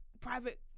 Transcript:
private